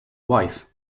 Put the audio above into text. wife